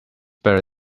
better